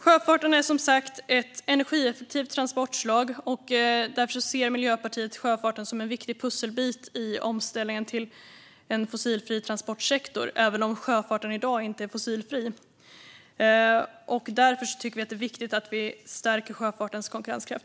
Sjöfarten är som sagt ett energieffektivt transportslag, och därför ser Miljöpartiet sjöfarten som en viktig pusselbit i omställningen till en fossilfri transportsektor, även om sjöfarten i dag inte är fossilfri. Därför är det viktigt att stärka sjöfartens konkurrenskraft.